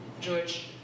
George